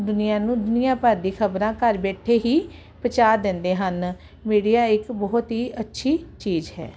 ਦੁਨੀਆਂ ਨੂੰ ਦੁਨੀਆਂ ਭਰ ਦੀ ਖਬਰਾਂ ਘਰ ਬੈਠੇ ਹੀ ਪਹੁੰਚਾ ਦਿੰਦੇ ਹਨ ਮੀਡੀਆ ਇੱਕ ਬਹੁਤ ਹੀ ਅੱਛੀ ਚੀਜ਼ ਹੈ